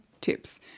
tips